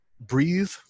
Breathe